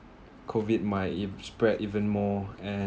COVID my it spread even more and